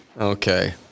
Okay